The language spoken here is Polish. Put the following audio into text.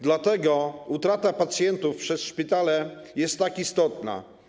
Dlaczego utrata pacjentów przez szpitale jest tak istotna?